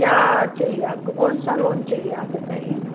क्या चाहिए आपको कौन सा लोन चाहिए आप बताइए